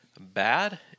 bad